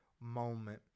moment